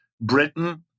Britain